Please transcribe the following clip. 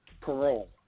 parole